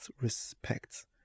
respect